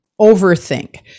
overthink